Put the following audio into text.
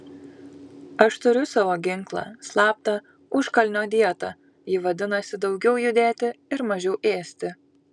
aš turiu savo ginklą slaptą užkalnio dietą ji vadinasi daugiau judėti ir mažiau ėsti